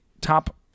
top